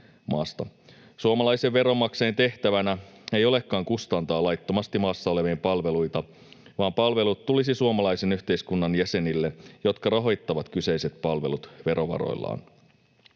Suomalaisien veronmaksajien tehtävänä ei olekaan kustantaa laittomasti maassa olevien palveluita, vaan palvelut tulisivat suomalaisen yhteiskunnan jäsenille, jotka rahoittavat kyseiset palvelut verovaroillaan.